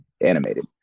animated